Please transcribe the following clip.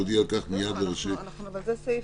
תודיע על כך מיד לראשי" --- אבל זה סעיף